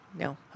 No